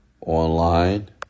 online